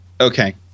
Okay